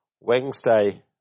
Wednesday